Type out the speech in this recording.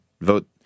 vote